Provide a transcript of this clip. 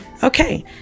Okay